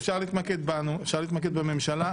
-- אפשר להתמקד בנו, אפשר להתמקד בממשלה.